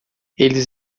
eles